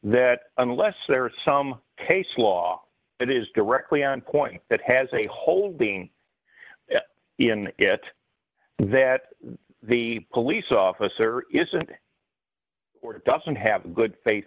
that unless there is some case law that is directly on point that has a holding in it that the police officer isn't or doesn't have a good faith